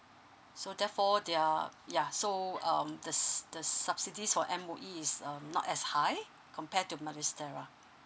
so therefore their uh ya so um the the subsidies for M_O_E is um not as high compared to maris stella